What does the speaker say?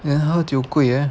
then 喝酒贵 eh